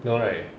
no right